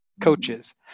coaches